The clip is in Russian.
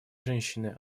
женщины